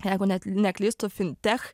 jeigu neklystu fintech